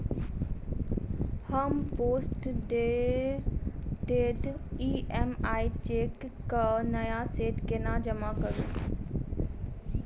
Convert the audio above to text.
हम postdated EMI cheque केँ नया सेट केना जमा करू?